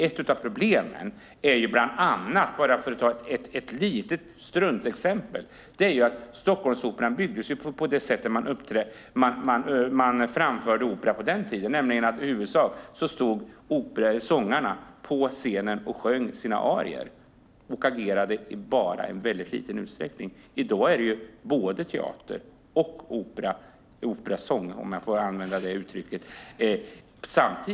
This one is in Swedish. Ett av problemen är ju - för att ta ett struntexempel - att Stockholmsoperan byggdes efter det sätt som man framförde opera på den tiden. Sångarna stod då i huvudsak på scenen och sjöng sina arior och agerade i väldigt liten utsträckning. Men i dag är det både teater och operasång, om jag får använda det uttrycket.